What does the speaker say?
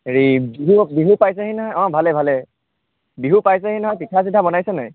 হেৰি বিহু বিহু পাইছেহি নহয় অঁ ভালেই ভালেই বিহু পাইছেহি নহয় পিঠা চিঠা বনাইছে নাই